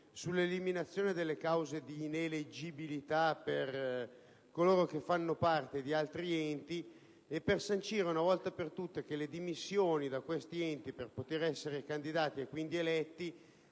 sull'eliminazione delle cause di ineleggibilità per coloro che fanno parte di enti diversi e a sancire una volta per tutte che le dimissioni, al fine di poter essere candidati e quindi eletti,